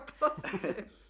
positive